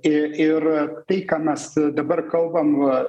ir ir tai ką mes dabar kalbam